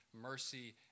mercy